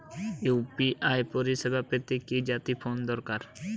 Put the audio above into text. UPI পরিসেবা পেতে কি জাতীয় ফোন দরকার?